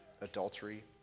adultery